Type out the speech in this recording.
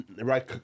Right